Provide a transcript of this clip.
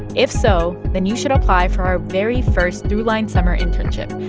if so, then you should apply for our very first throughline summer internship,